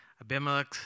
Abimelech